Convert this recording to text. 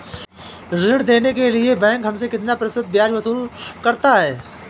ऋण देने के लिए बैंक हमसे कितना प्रतिशत ब्याज वसूल करता है?